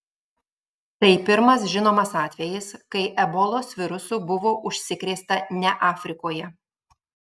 tai pirmas žinomas atvejis kai ebolos virusu buvo užsikrėsta ne afrikoje